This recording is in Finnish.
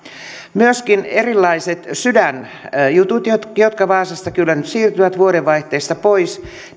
myöskin erilaisten sydänjuttujen osalta jotka vaasasta kyllä nyt siirtyvät vuodenvaihteessa pois